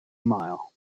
mile